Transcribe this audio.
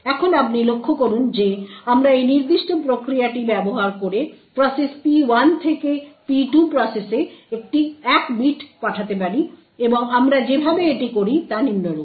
এখন আপনি লক্ষ্য করুন যে আমরা এই নির্দিষ্ট প্রক্রিয়াটি ব্যবহার করে প্রসেস P1 থেকে P2 প্রসেসে এক বিট পাঠাতে পারি এবং আমরা যেভাবে এটি করি তা নিম্নরূপ